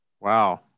Wow